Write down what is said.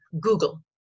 Google